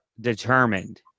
determined